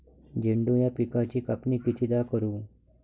झेंडू या पिकाची कापनी कितीदा करू?